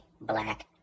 Black